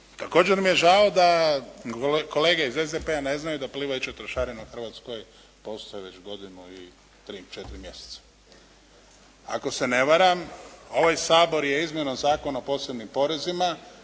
također mi je žao da kolege iz SDP-a ne znaju da plivajuće trošarine u Hrvatskoj postoje već godinu i tri, četiri mjeseca. Ako se ne varam ovaj Sabor je izmjenom Zakona o posebnim porezima